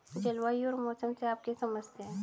जलवायु और मौसम से आप क्या समझते हैं?